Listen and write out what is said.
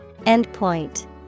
Endpoint